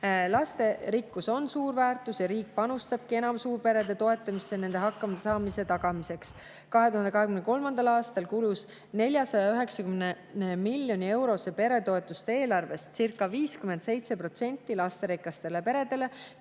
Lasterikkus on suur väärtus ja riik panustabki enam suurperede toetamisse nende hakkamasaamise tagamiseks. 2023. aastal kulus 490 miljoni euro suurusest peretoetuste eelarvestcirca57% lasterikastele peredele,